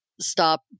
Stop